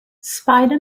spider